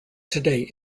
today